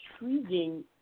intriguing